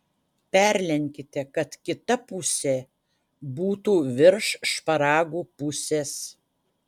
perlenkite kad kita pusė būtų virš šparagų pusės